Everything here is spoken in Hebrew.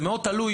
זה מאוד תלוי